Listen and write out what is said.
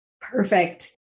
Perfect